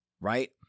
right